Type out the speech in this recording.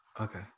Okay